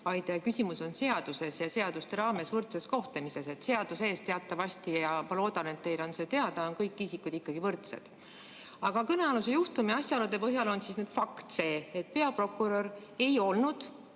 Küsimus on seaduses ja seaduste raames võrdses kohtlemises. Seaduse ees teatavasti, ja ma loodan, et ka teile on see teada, on kõik isikud võrdsed. Aga kõnealuse juhtumi asjaolude põhjal on fakt see, et peaprokurör ei olnud